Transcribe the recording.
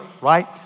right